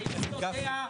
האם יש לו דעה,